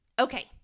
Okay